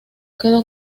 quedó